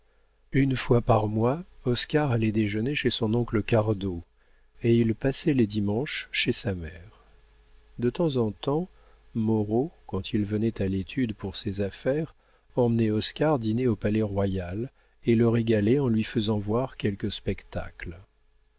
une fois par mois oscar allait déjeuner chez son oncle cardot et il passait les dimanches chez sa mère de temps en temps moreau quand il venait à l'étude pour ses affaires emmenait oscar dîner au palais-royal et le régalait en lui faisant voir quelque spectacle